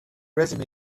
resume